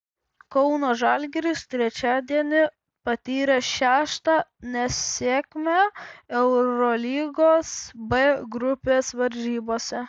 kauno žalgiris trečiadienį patyrė šeštą nesėkmę eurolygos b grupės varžybose